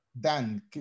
Dan